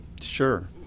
Sure